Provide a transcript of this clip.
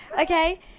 okay